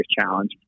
challenge